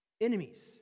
enemies